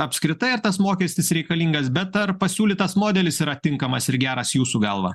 apskritai ar tas mokestis reikalingas bet ar pasiūlytas modelis yra tinkamas ir geras jūsų galva